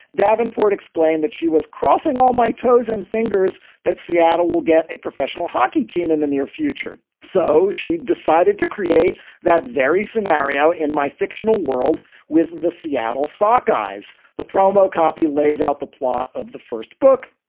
davenport explained that she was crossing all my toes and fingers, that seattle will get a professional hockey team in the near future. so she decided to create that very scenario in my fictional world with the seattle sakai's, the promo copy lays out the plot of the first book.